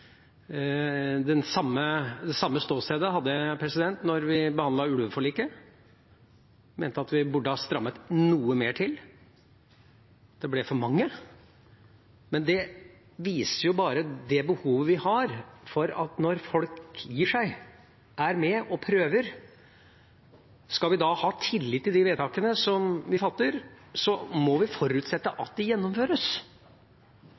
Det samme ståstedet hadde jeg da vi behandlet ulveforliket. Jeg mente at vi burde ha strammet noe mer til – det ble for mange. Men det viser jo bare det behovet vi har når folk gir seg, er med og prøver: Skal vi ha tillit til de vedtakene som vi fatter, må vi forutsette